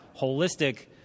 holistic